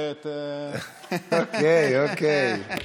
אוקיי, אוקיי.